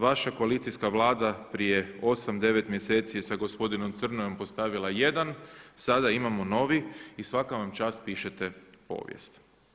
Vaša koalicijska Vlada prije 8, 9 mjeseci je sa gospodinom Crnojom postavila jedan, sada imamo novi i svaka vam čast pišete povijest.